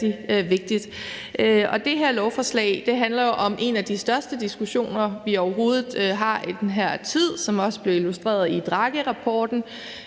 vigtigt. Og det her lovforslag handler jo om en af de største diskussioner, vi overhovedet har i den her tid, hvilket også blev illustreret i Draghirapporten,